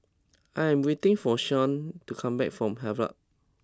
I am waiting for Shawnte to come back from Havelock